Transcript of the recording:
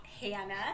Hannah